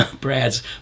Brad's